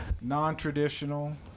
non-traditional